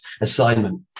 assignment